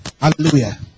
Hallelujah